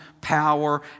power